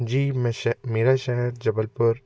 जी मैं से मेरा शहर जबलपुर